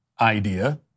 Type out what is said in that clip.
idea